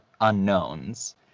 unknowns